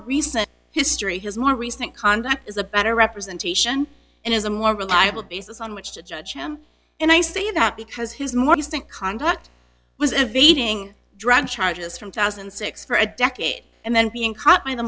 recent history his more recent conduct is a better representation and is a more reliable basis on which to judge him and i say that because his more distant contract was evading drug charges from two thousand and six for a decade and then being caught by the